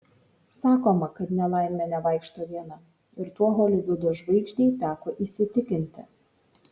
sakoma kad nelaimė nevaikšto viena ir tuo holivudo žvaigždei teko įsitikinti